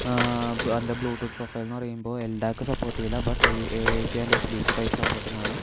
അതിൻ്റെ Bluetooth profile എന്നു പറയുമ്പോൾ എൽഡാക്ക് സപ്പോർട്ട് ചെയ്യില്ല but A A C and S B C type സപ്പോർട്ടിങ്ങാണ്